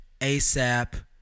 ASAP